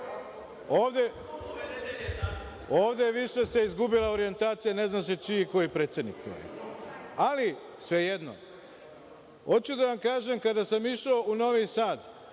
Ovde se više izgubila orjentacija, ne zna se čiji je koji predsednik, ali svejedno, hoću da vam kažem, kada sam išao u Novi Sad,